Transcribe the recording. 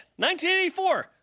1984